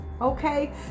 Okay